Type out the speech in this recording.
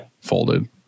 folded